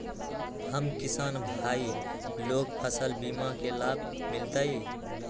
हम किसान भाई लोग फसल बीमा के लाभ मिलतई?